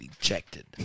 ejected